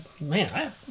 man